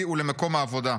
לי ולמקום העבודה.